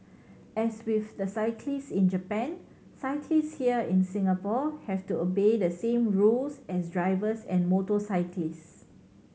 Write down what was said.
as with the cyclist in Japan cyclist here in Singapore have to obey the same rules as drivers and motorcyclist